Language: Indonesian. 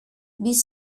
bis